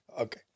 Okay